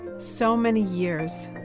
so many years.